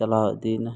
ᱪᱟᱞᱟᱣ ᱤᱫᱤᱭᱮᱱᱟ